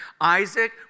Isaac